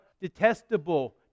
detestable